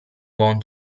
buon